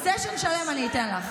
סשן שלם אני אתן לך.